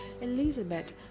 Elizabeth